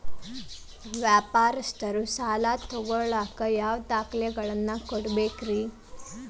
ವ್ಯಾಪಾರಸ್ಥರು ಸಾಲ ತಗೋಳಾಕ್ ಯಾವ ದಾಖಲೆಗಳನ್ನ ಕೊಡಬೇಕ್ರಿ?